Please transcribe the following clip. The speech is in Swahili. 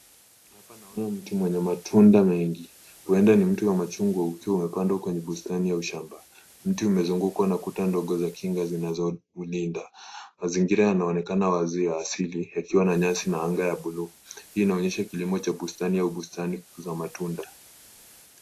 Mti wenye matunda mengi, huenda ni mti wa mchungwa ukiwa umepandwa kwenye bustani au shamba. Mti umezungukwa na kuta ndogo za chini zinazoninda. Mazingira yanaonekana wazi ya asili yakiwa na nyasi na anga ya buluu, hii inaonyesha kilimo ya bustani au bustani za matunda.